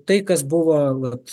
tai kas buvo vat